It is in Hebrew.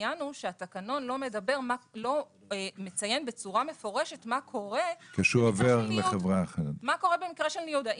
העניין הוא שהתקנון לא מציין בצורה מפורשת מה קורה במקרה של ניוד,